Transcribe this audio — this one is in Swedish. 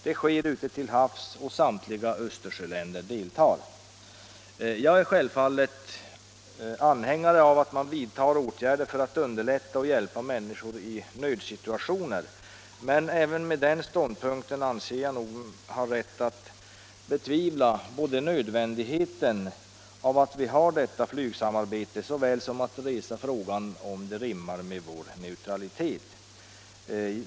Det sker ute till havs, och samtliga Östersjöländer deltar. Jag är självfallet anhängare av att man vidtar åtgärder för att hjälpa människor i nödsituationer, men även med den ståndpunkten anser jag mig ha rätt att betvivla nödvändigheten av att vi har detta flygsamarbete såväl som att resa frågan om det rimmar med vår neutralitet.